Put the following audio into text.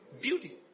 beauty